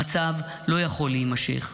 המצב לא יכול להימשך.